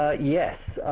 ah yes.